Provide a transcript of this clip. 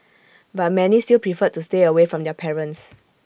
but many still preferred to stay away from their parents